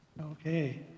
Okay